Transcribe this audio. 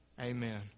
Amen